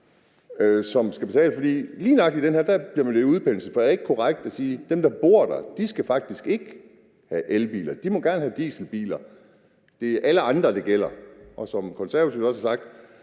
som skal betale. Lige nøjagtig i den her sag bliver det jo udpenslet, for er det ikke korrekt at sige, at dem, der bor der, faktisk ikke skal have elbiler? De må gerne have dieselbiler. Det er alle andre, det gælder. Som Konservative også har sagt: